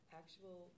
actual